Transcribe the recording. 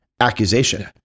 accusation